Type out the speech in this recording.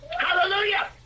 hallelujah